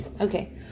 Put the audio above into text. Okay